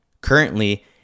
Currently